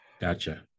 gotcha